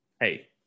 Hey